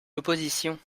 l’opposition